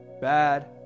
bad